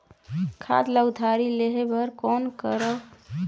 खाद ल उधारी लेहे बर कौन करव?